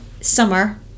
summer